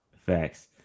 Facts